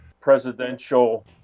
presidential